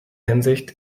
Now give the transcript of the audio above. hinsicht